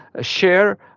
share